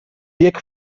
bieg